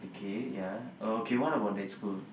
okay ya oh okay what about that school